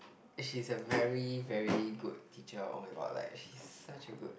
she's a very very good teacher oh-my-god like she's such a good